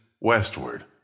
westward